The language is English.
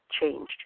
changed